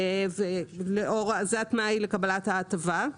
זה התנאי לקבלת ההטבה,